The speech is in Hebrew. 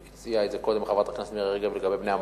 הציעה את זה קודם חברת הכנסת מירי רגב לגבי בני המקום,